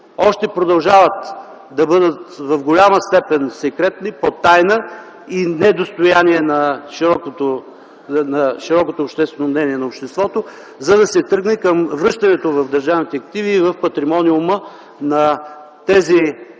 още продължават да бъдат в голяма степен секретни, под тайна и не достояние на обществото, за да се тръгне към връщането в държавните активи и в патримониума на тези